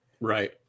Right